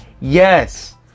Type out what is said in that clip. yes